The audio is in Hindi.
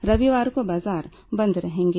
रविवार को बाजार बंद रहेंगे